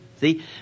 See